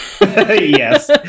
Yes